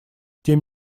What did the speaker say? тем